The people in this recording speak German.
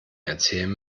erzählen